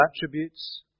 attributes